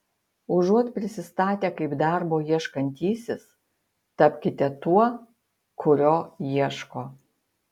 užuot prisistatę kaip darbo ieškantysis tapkite tuo kurio ieško